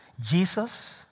Jesus